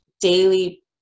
daily